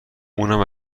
اونم